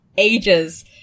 Ages